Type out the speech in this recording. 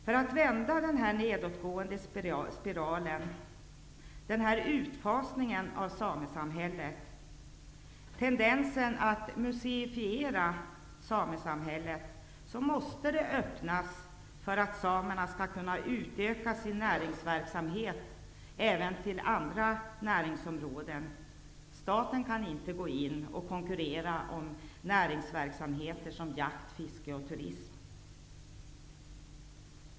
För att vända denna nedåtgående spiral, utfasningen av samesamhället och tendensen att ''museifiera'' samesamhället, måste samerna ges en öppning för att de skall kunna utöka sin näringsverksamhet även till andra näringsområden. Staten kan inte gå in och konkurrera om sådana näringsverksamheter som jakt, fiske och turism.